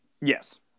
Yes